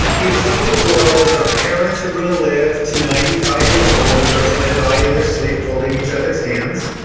the assumptive world is our parents are gonna live to ninety five years old, and they're gonna die in their sleep holding each other's hands.